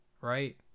right